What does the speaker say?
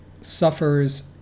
suffers